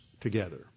together